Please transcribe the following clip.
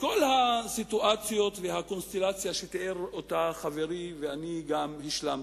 בכל הסיטואציות והקונסטלציה שתיאר חברי ואני השלמתי,